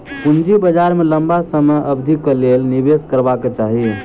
पूंजी बाजार में लम्बा समय अवधिक लेल निवेश करबाक चाही